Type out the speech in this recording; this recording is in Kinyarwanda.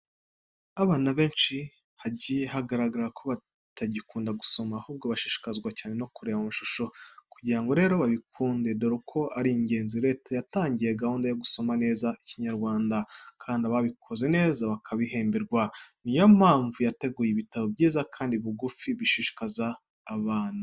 Abana benshi hagiye hagaragara ko batagikunda gusoma ahubwo bashishikazwa cyane no kureba amashusho. Kugira ngo rero babikunde dore ko ari ngenzi, leta yatangije gahunda zo gusoma neza Ikinyarwanda kandi ababikoze neza bakabihemberwa. Niyo mpamvu yateguye ibitabo byiza kandi bigufi bishishikaza abana.